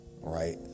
right